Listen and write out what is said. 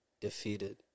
defeated